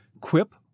Quip